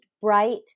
bright